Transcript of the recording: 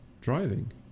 driving